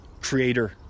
creator